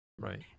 Right